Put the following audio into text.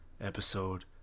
episode